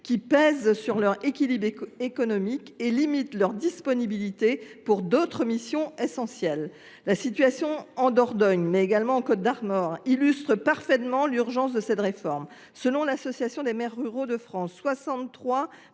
qui pèsent sur leur équilibre économique et qui limitent leur disponibilité pour d’autres missions essentielles. La situation en Dordogne illustre parfaitement l’urgence d’une réforme : selon l’Association des maires ruraux de France, il